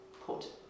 put